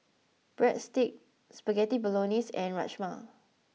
Breadsticks Spaghetti Bolognese and Rajma